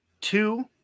two